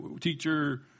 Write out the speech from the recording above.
teacher